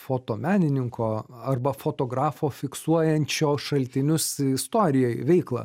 fotomenininko arba fotografo fiksuojančio šaltinius istorijoj veiklą